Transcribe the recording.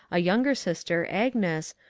a younger sister, agnes,